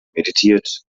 meditiert